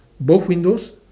both windows